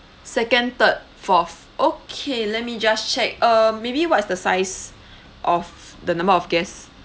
second third fourth okay let me just check uh maybe what's the size of the number of guests